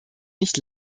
nicht